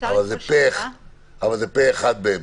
אבל זה פה אחד באמת.